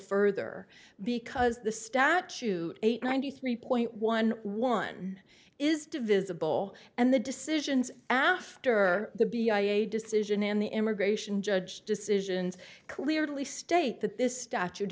further because the statute eight ninety three point one one is divisible and the decisions after the b i a decision in the immigration judge decisions clearly state that this statute